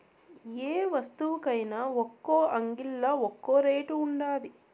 యే వస్తువుకైన ఒక్కో అంగిల్లా ఒక్కో రేటు ఉండాది